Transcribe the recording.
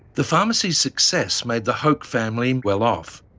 the pharmacy's success made the hoke family well off.